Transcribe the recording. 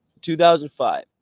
2005